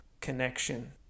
connection